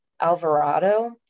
Alvarado